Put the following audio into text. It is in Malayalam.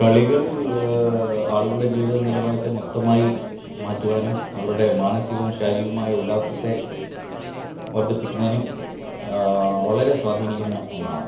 കളികൾ ആളുകളുടെ ജീവിതനിലവാരത്തെ മൊത്തമായി മാറ്റുവാനും അവരുടെ മാനസികവും ശാരീരിവുമായ ഉല്ലാസത്തെ വർധിപ്പിക്കുന്നതിനും വളരെ സ്വാധീനിക്കുന്ന ഒന്നാണ്